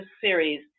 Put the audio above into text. series